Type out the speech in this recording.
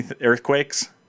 Earthquakes